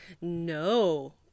No